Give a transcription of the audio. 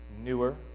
newer